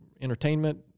entertainment